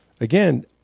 again –